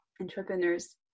entrepreneurs